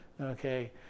okay